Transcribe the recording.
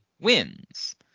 wins